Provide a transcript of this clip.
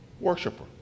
worshiper